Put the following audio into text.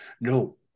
no